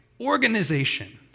organization